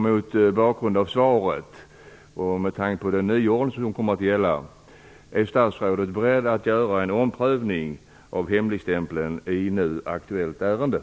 Mot bakgrund av svaret och med tanke på den nyordning som kommer att gälla undrar jag om statsrådet är beredd att göra en omprövning av hemligstämpeln i det nu aktuella ärendet.